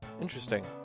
Interesting